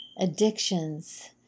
addictions